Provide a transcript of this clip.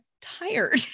tired